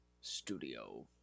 studio